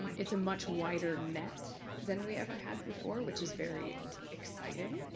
it's a much wider net than we ever had before, which is very exciting.